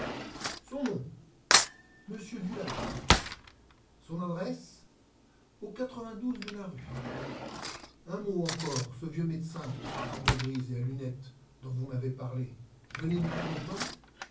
son nom monsieur dulâtre son adresse au de la rue un mot encore ce vieux médecin à barbe grise et à lunettes dont vous m'avez parlé venait depuis longtemps